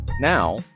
Now